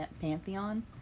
Pantheon